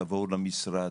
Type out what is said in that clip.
תבואו למשרד,